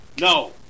No